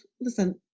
listen